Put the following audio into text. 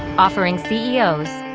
offering ceo's,